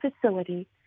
facility